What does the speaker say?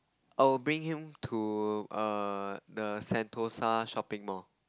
I would bring him to err the Sentosa shopping mall